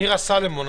מירה סלומון,